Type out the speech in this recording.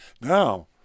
Now